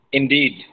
indeed